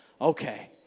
okay